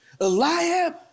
Eliab